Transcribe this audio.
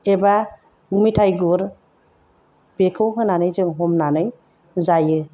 एबा मिथाइ गुर बेखौ होनानै जों हमनानै जायो